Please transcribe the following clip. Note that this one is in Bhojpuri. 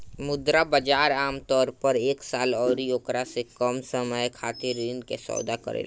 मुद्रा बाजार आमतौर पर एक साल अउरी ओकरा से कम समय खातिर ऋण के सौदा करेला